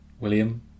William